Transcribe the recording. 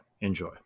enjoy